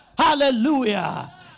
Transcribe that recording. Hallelujah